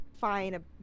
...fine